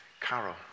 carol